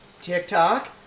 TikTok